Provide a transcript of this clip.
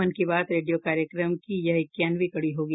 मन की बात रेडियो कार्यक्रम की यह इक्यावनवीं कड़ी होगी